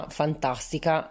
fantastica